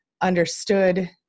understood